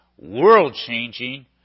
world-changing